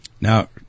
Now